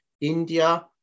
India